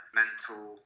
mental